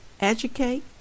educate